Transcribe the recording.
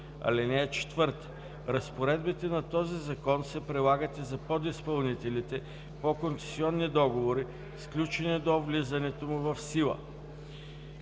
на договора. (4) Разпоредбите на този закон се прилагат и за подизпълнителите по концесионни договори, сключени до влизането му в сила.“